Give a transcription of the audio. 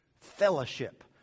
fellowship